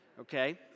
okay